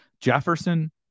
Jefferson